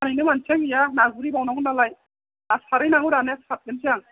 फानहैनो मानसियानो गैया ना गुरहैबांनांगौ नालाय आरो सारहै नांगौ दानो थांफिननोसै आं